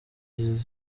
muzamenye